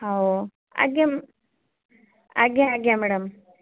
ହେଉ ଆଜ୍ଞା ମା' ଆଜ୍ଞା ଆଜ୍ଞା ମ୍ୟାଡ଼ାମ୍